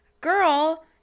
girl